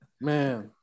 Man